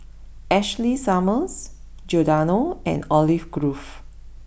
Ashley Summers Giordano and Olive Grove